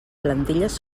plantilles